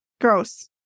Gross